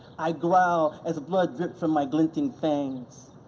i growl as blood drips from my glinting fangs.